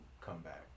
comeback